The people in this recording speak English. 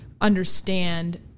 understand